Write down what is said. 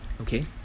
okay